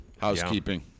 Housekeeping